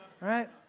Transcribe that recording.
right